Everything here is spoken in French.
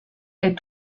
est